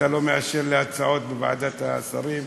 שלא מאשר לי הצעות בוועדת השרים